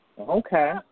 Okay